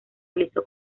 realizó